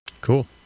Cool